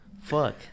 Fuck